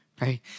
right